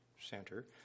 Center